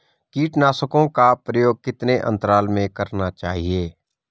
कीटनाशकों का प्रयोग कितने अंतराल में करना चाहिए?